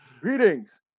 greetings